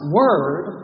word